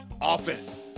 offense